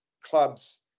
clubs